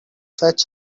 fetch